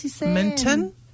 Minton